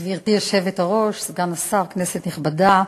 גברתי היושבת-ראש, סגן השר, כנסת נכבדה,